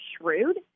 shrewd